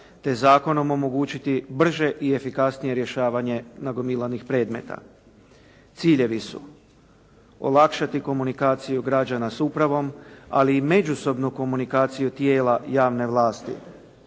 te zakonom omogućiti brže i efikasnije rješavanje nagomilanih predmeta. Ciljevi su, olakšati komunikaciju građana s upravom, ali i međusobnu komunikaciju tijela javne vlasti.